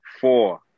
four